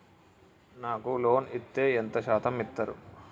నాకు లోన్ ఇత్తే ఎంత శాతం ఇత్తరు?